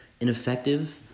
ineffective